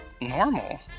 normal